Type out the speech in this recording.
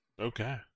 Okay